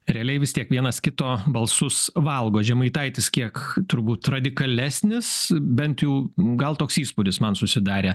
realiai vis tiek vienas kito balsus valgo žemaitaitis kiek turbūt radikalesnis bent jau gal toks įspūdis man susidarė